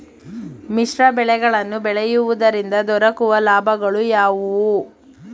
ಮಿಶ್ರ ಬೆಳೆಗಳನ್ನು ಬೆಳೆಯುವುದರಿಂದ ದೊರಕುವ ಲಾಭಗಳು ಯಾವುವು?